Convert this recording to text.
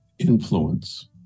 influence